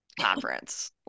conference